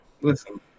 Listen